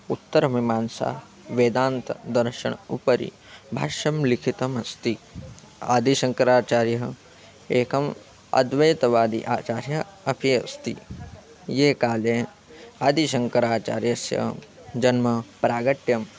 उत्तरमीमांसा वेदान्तदर्शनम् उपरि भाष्यं लिखितम् अस्ति आदिशङ्कराचार्यः एकम् अद्वैतवादी आचार्यः अपि अस्ति ये काले आदिशङ्कराचार्यस्य जन्म प्राकट्यम्